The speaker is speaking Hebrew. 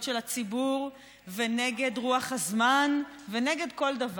של הציבור ונגד רוח הזמן ונגד כל דבר.